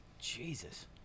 Jesus